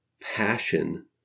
passion